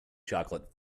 chocolate